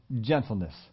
gentleness